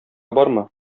бармы